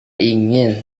ingin